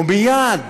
ומייד,